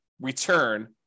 return